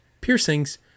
piercings